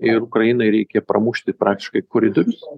ir ukrainai reikia pramušti praktiškai koridorius